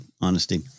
honesty